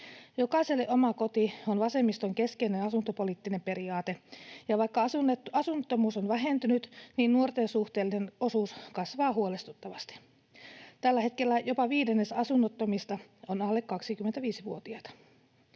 ”Jokaiselle oma koti” on vasemmiston keskeinen asuntopoliittinen periaate, ja vaikka asunnottomuus on vähentynyt, nuorten suhteellinen osuus siitä kasvaa huolestuttavasti. Tällä hetkellä jopa viidennes asunnottomista on alle 25-vuotiaita.